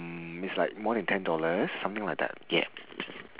mm it's like more ten dollars something like that yeah